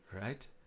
Right